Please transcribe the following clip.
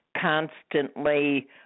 constantly